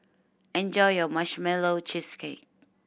enjoy your Marshmallow Cheesecake